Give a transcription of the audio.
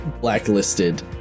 blacklisted